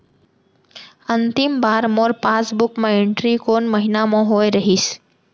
अंतिम बार मोर पासबुक मा एंट्री कोन महीना म होय रहिस?